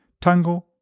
Tango